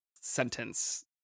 sentence